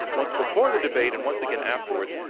once before the debate and once again afterwards,